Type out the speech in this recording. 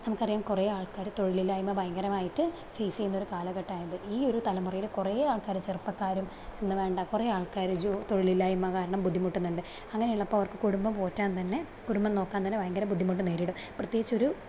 നമുക്കറിയാം കുറെ ആൾക്കാര് തൊഴിലില്ലായ്മ ഭയങ്കരമായിട്ട് ഫേസ് ചെയ്യുന്ന ഒരു കാലഘട്ടമാണിത് ഈയൊരു തലമുറയില് കുറെ ആൾക്കാര് ചെറുപ്പക്കാരും എന്നുവേണ്ട കുറെ ആൾക്കാര് ജോ തൊഴിലില്ലായ്മ കാരണം ബുദ്ധിമുട്ടുന്നുണ്ട് അങ്ങനെയുള്ളപ്പോൾ അവർക്ക് കുടുംബം പോറ്റാൻ തന്നെ കുടുംബം നോക്കാൻ തന്നെ ഭയങ്കര ബുദ്ധിമുട്ട് നേരിടും പ്രത്യേകിച്ചൊരു കുടുംബത്തില്